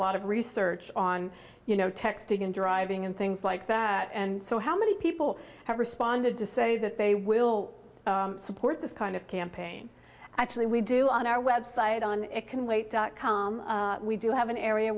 lot of research on you know texting and driving and things like that and so how many people have responded to say that they will support this kind of campaign actually we do on our website on can wait dot com we do have an area